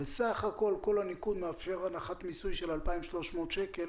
וסך הכל כל הניקוד מאפשר הנחת מיסוי של 2,300 שקל,